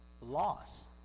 loss